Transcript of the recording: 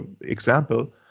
example